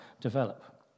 develop